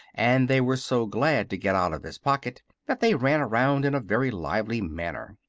and they were so glad to get out of his pocket that they ran around in a very lively manner.